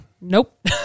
Nope